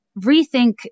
rethink